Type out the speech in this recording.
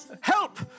Help